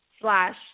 Slash